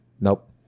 Nope